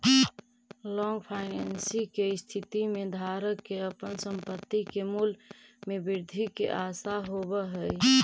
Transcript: long finance के स्थिति में धारक के अपन संपत्ति के मूल्य में वृद्धि के आशा होवऽ हई